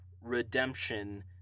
redemption